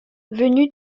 venu